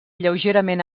lleugerament